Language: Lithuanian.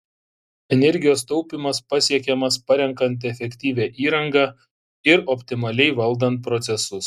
energijos taupymas pasiekiamas parenkant efektyvią įrangą ir optimaliai valdant procesus